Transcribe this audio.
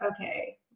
okay